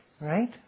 right